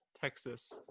Texas